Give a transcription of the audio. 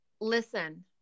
Listen